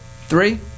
three